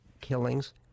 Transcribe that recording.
killings